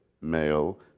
male